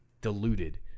diluted